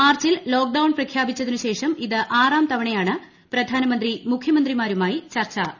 മാർച്ചിൽ ലോക്ഡൌൺ പ്രഖ്യാപിച്ചതിനു ശേഷം ഇത് ആറാം തവണയാണ് പ്രധാനമന്ത്രി മുഖ്യമന്ത്രിമാരുമായി ചർച്ച നടത്തുന്നത്